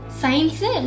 science